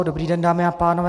Dobrý den, dámy a pánové.